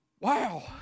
Wow